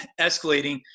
escalating